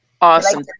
Awesome